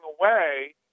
away